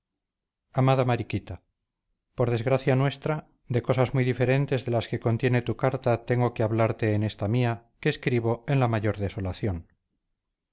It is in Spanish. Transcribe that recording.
amada mariquita por desgracia nuestra de cosas muy diferentes de las que contiene tu carta tengo que hablarte en esta mía que escribo en la mayor desolación